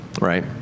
right